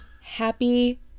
happy